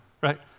right